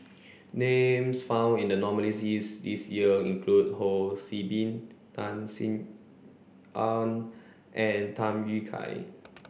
names found in the nominees' list this year include Ho See Beng Tan Sin Aun and Tham Yui Kai